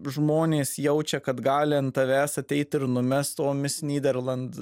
žmonės jaučia kad gali ant tavęs ateit ir numest tomis nyderland